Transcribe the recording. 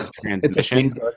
transmission